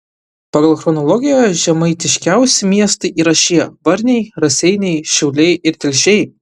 pagal chronologiją žemaitiškiausi miestai yra šie varniai raseiniai šiauliai ir telšiai